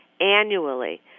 annually